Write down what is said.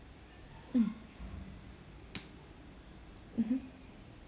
mm mmhmm